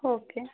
okay